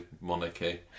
monarchy